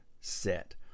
set